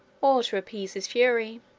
or to appease his fury.